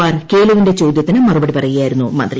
R കേളുവിന്റെ ചോദൃത്തിന് മറുപടിപറയുകയായിരുന്നു മന്ത്രി